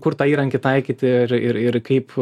kur tą įrankį taikyti ir ir ir kaip